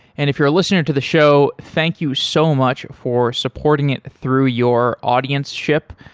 and if you're a listener to the show, thank you so much for supporting it through your audienceship.